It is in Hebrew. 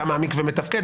כמה המקווה מתפקד.